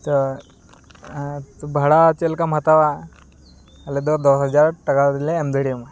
ᱛᱚ ᱵᱷᱟᱲᱟ ᱪᱮᱫᱞᱮᱠᱟᱢ ᱦᱟᱛᱟᱣᱟ ᱟᱞᱮᱫᱚ ᱫᱚᱥ ᱦᱟᱡᱟᱨ ᱴᱟᱠᱟ ᱜᱮᱞᱮ ᱮᱢ ᱫᱟᱲᱮᱣᱟᱢᱟ